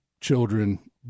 children